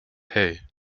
hey